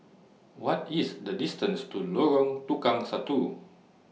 What IS The distance to Lorong Tukang Satu